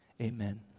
Amen